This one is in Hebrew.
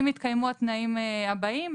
אם יתקיימו התנאים הבאים.